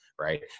right